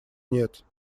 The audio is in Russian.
нет